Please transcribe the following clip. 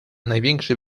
największy